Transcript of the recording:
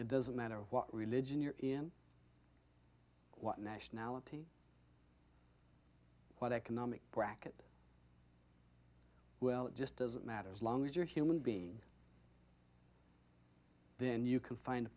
it doesn't matter what religion you're in what nationality what economic bracket well it just doesn't matter as long as you're a human being then you can find a